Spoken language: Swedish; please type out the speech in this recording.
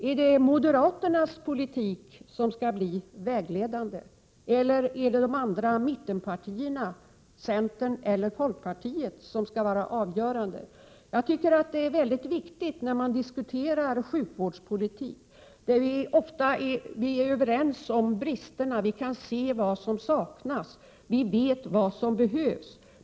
Är det moderaternas politik som skall bli vägledande, eller är det mittenpartiernas, centerns resp. folkpartiets, som skall vara avgörande? När vi diskuterar sjukvårdspolitik är det viktigt att komma överens om bristerna och se vad som saknas och vad som behövs.